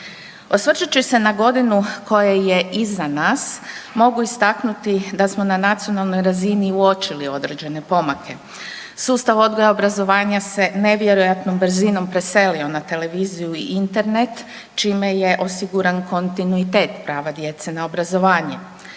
Osvrćući se na godinu koja je iza nas, mogu istaknuti da smo na nacionalnoj razini uočili određene pomake. Sustav odgoja i obrazovanja se nevjerojatnom brzinom preselio na televiziju i internet, čime je osiguran kontinuitet prava djece na obrazovanje.